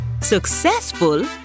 SUCCESSFUL